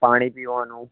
પાણી પીવાનું